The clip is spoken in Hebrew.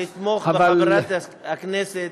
לתמוך בחברת הכנסת